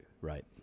right